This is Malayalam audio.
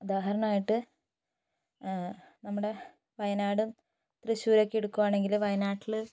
ഉദാഹരണമായിട്ട് നമ്മുടെ വയനാടും തൃശൂരുമൊക്കെ എടുക്കുവാണെങ്കില് വയനാട്ടില്